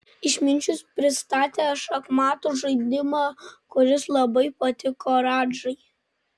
išminčius pristatė šachmatų žaidimą kuris labai patiko radžai